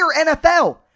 NFL